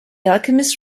alchemist